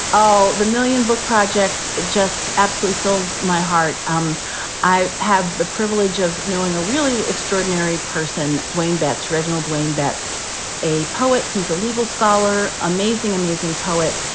oh, the million book project just absolutely fills my heart. um i have the privilege of knowing a really extraordinary person, dwayne betts, reginald dwayne betts a poet, he's a legal scholar, amazing, amazing poet,